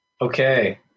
okay